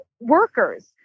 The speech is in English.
workers